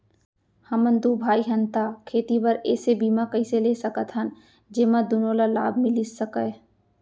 हमन दू भाई हन ता खेती बर ऐसे बीमा कइसे ले सकत हन जेमा दूनो ला लाभ मिलिस सकए?